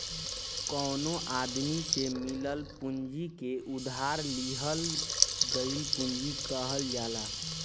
कवनो आदमी से मिलल पूंजी के उधार लिहल गईल पूंजी कहल जाला